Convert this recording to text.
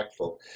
impactful